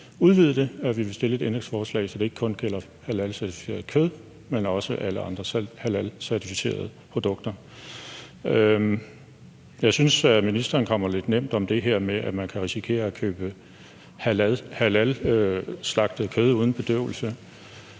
udvide det, og at vi vil stille et ændringsforslag, så det ikke kun gælder halalcertificeret kød, men også alle andre halalcertificerede produkter. Jeg synes, at ministeren kommer lidt nemt om det her med, at man kan risikere at købe halalslagtet kød fra dyr, der